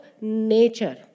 nature